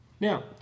Now